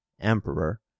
emperor